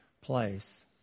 place